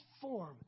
form